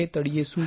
તળિયે શું છે